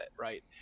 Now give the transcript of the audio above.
right